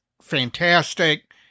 fantastic